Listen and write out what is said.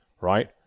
right